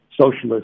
socialist